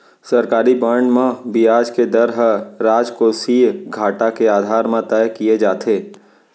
सरकारी बांड म बियाज के दर ह राजकोसीय घाटा के आधार म तय किये जाथे